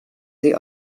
sie